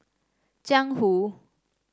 Jiang Hu